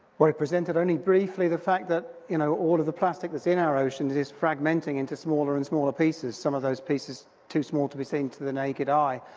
but i presented only briefly the fact that, you know, all of the plastic that's in our ocean is is fragmenting into smaller and smaller pieces, some of those pieces too small to be seen to the naked eye.